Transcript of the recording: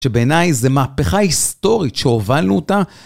שבעיניי זה מהפכה היסטורית שהובלנו אותה.